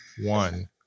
one